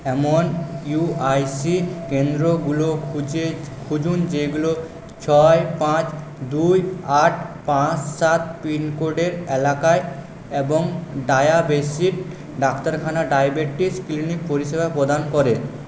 এমন ইউআইসি কেন্দ্রগুলো খুঁজে খুঁজুন যেগুলো ছয় পাঁচ দুই আট পাঁচ সাত পিন কোডের এলাকায় এবং ডায়াবেটিস ডাক্তারখানা ডায়াবেটিস ক্লিনিক পরিষেবা প্রদান করে